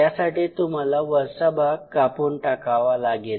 त्यासाठी तुम्हाला वरचा भाग कापून टाकावा लागेल